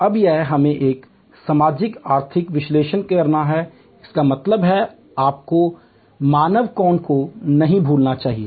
अब यहाँ हमें एक सामाजिक आर्थिक विश्लेषण करना है इसका मतलब है आपको मानव कोण को नहीं भूलना चाहिए